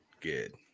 Good